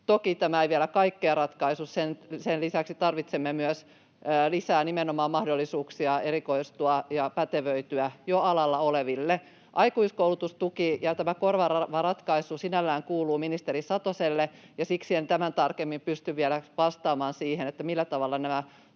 Toki tämä ei vielä kaikkea ratkaissut. Sen lisäksi tarvitsemme myös jo alalla oleville lisää nimenomaan mahdollisuuksia erikoistua ja pätevöityä. Aikuiskoulutustuki ja tämä korvaava ratkaisu sinällään kuuluvat ministeri Satoselle. Siksi en tämän tarkemmin pysty vielä vastaamaan siihen, millä tavalla nämä